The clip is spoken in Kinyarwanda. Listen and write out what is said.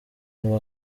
ubu